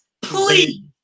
Please